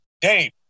Dave